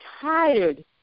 tired